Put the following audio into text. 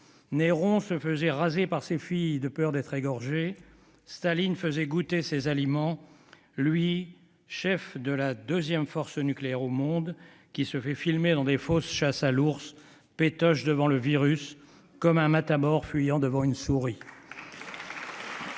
Néron se faisait raser par ses filles de peur d'être égorgé, Staline faisait goûter ses aliments, lui, chef de la deuxième force nucléaire au monde, qui se fait filmer dans de fausses chasses à l'ours, pétoche devant le virus comme un matamore fuyant devant une souris.